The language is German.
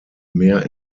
meer